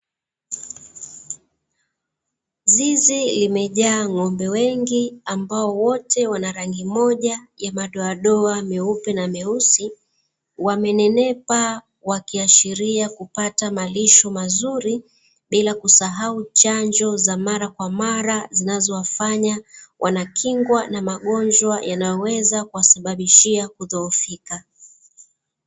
Zizi limejaa ng'ombe wengi ambao wote wana rangi moja ya madoadoa meupe na meusi, wamenenepa wakiashiria kupata malisho mazuri bila kusahau chanjo za mara kwa mara, zinazofanya wana kingwa na magonjwa yanayoweza sababishia kudhohofika.